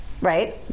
right